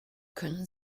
können